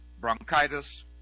bronchitis